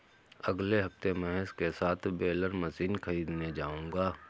अगले हफ्ते महेश के साथ बेलर मशीन खरीदने जाऊंगा